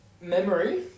memory